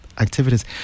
activities